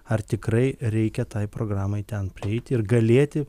ar tikrai reikia tai programai ten prieiti ir galėti